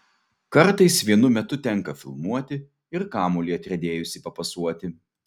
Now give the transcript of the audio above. kartais vienu metu tenka filmuoti ir kamuolį atriedėjusį papasuoti